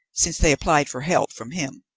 since they applied for help from him.